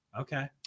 Okay